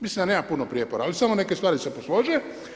Mislim da nema puno prijepora ali samo neke stvari se poslože.